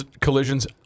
collisions